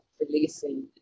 releasing